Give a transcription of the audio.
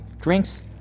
drinks